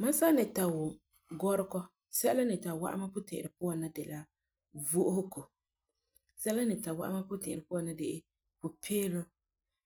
Mam san ni ta wum gɔregɔ, sɛla n ni ta wa'am mam puti'irɛ na de la vo'osego sɛla n ni ta wa'am mam puti'irɛ na de la pupeelum,